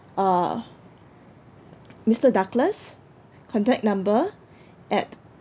uh mister douglas contact number at